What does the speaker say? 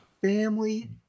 family